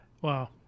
Wow